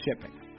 shipping